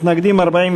נגד,